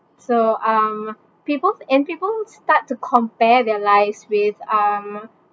so um people and people start to compare their lives with um